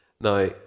Now